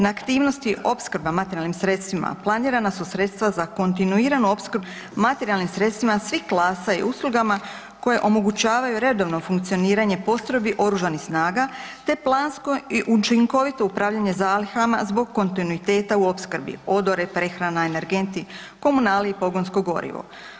Na aktivnosti opskrba materijalnim sredstvima planirana su sredstva za kontinuiranu opskrbu materijalnim sredstvima svih klasa i uslugama koje omogućavaju redovno funkcioniranje postrojbi oružanih snaga, te plansko i učinkovito upravljanje zalihama zbog kontinuiteta u opskrbi odore, prehrana, energenti, komunalije i pogonsko gorivo.